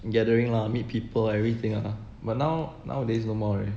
gathering lah meet people everything lah but now nowadays no more already